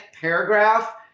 paragraph